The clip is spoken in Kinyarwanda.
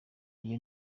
ayo